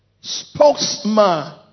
spokesman